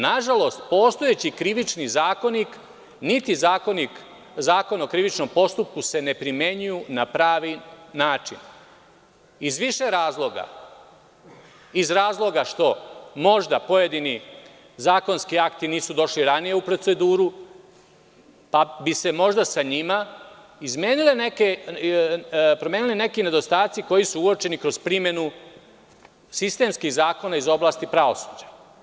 Nažalost, postojeći Krivični zakonik, niti Zakon o krivičnom postupku se ne primenjuju na pravi način iz više razloga – iz razloga što možda pojedini zakonski akti nisu došli ranije u proceduru, pa bi se možda sa njima promenili neki nedostaci koji su uočeni kroz primenu sistemskih zakona iz oblasti pravosuđa.